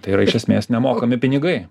tai yra iš esmės nemokami pinigai